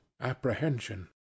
apprehension